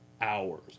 hours